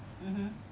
mmhmm